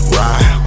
ride